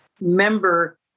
member